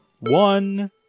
one